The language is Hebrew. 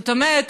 זאת אומרת,